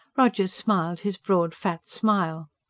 rogers smiled his broad, fat smile.